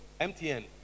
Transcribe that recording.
MTN